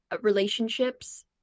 relationships